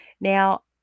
Now